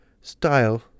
style